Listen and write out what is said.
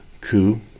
coup